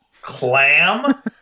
Clam